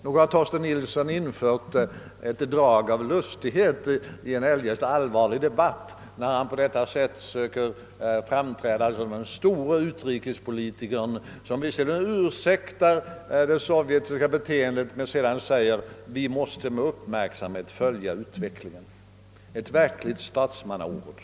Nog har Torsten Nilsson infört ett drag av lustighet i en eljest allvarlig debatt när han på detta sätt försöker framträda som den store utrikespolitikern som visserligen ursäktar det sovjetryska beteendet men som sedan säger: »Vi måste med uppmärksamhet följa utvecklingen.» Ett verkligt statsmannaord!